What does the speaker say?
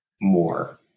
more